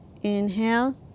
Inhale